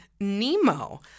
Nemo